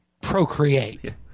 procreate